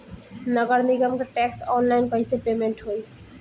नगर निगम के टैक्स ऑनलाइन कईसे पेमेंट होई?